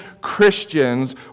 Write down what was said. Christians